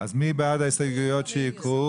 מי בעד ההסתייגויות שהוקראו?